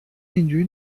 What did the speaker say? اینجوری